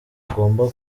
agomba